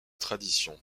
tradition